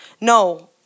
No